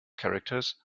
characters